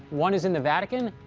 one is in the vatican,